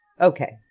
Okay